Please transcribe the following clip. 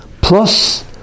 plus